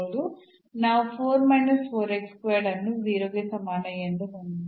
ನಾವು ಅನ್ನು 0 ಗೆ ಸಮಾನ ಎಂದು ಹೊಂದಿದ್ದೇವೆ